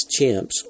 chimps